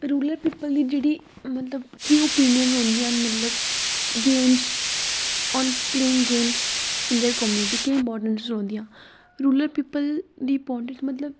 rural people दी मतलब कि अपीनीयन रौहंदियां न मतलब games on playing games in their community केईं रौहंदियां रूरल पीपल्स दी बांडिंग मतलब इक बहुत ही